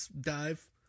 dive